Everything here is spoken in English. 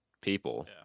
people